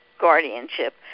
guardianship